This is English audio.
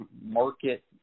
market